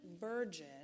virgin